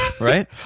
Right